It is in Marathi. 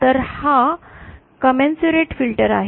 तर हा कमेन्सरिट फिल्टर् आहे